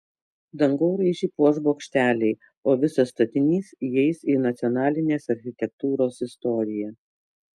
dangoraižį puoš bokšteliai o visas statinys įeis į nacionalinės architektūros istoriją